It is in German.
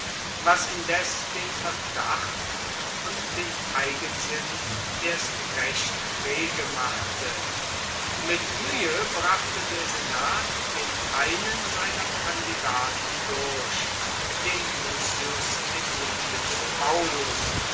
was indes den verdacht und den eigensinn erst recht rege machte mit muehe brachte der senat den einen seiner kandidaten durch den lucius aemilius paullus